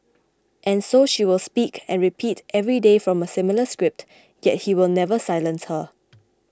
and so she will speak and repeat every day from a similar script yet he will never silence her